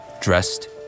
dressed